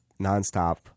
nonstop